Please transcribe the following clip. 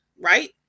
right